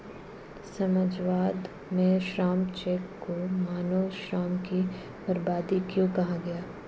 समाजवाद में श्रम चेक को मानव श्रम की बर्बादी क्यों कहा गया?